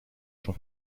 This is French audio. j’en